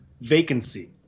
Vacancy